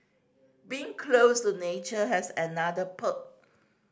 being close to nature has another perk